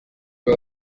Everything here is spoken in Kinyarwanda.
bwa